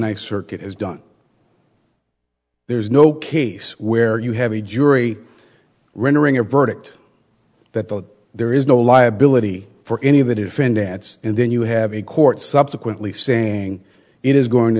next circuit has done there's no case where you have a jury rendering a verdict that there is no liability for any of that if indeed and then you have a court subsequently saying it is going to